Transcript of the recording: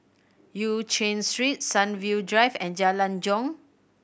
Eu Chin Street Sunview Drive and Jalan Jong